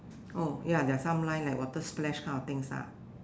oh ya there are some line like water splash kind of things ah